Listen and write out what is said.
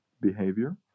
behavior